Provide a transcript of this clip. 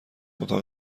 اتاق